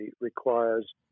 requires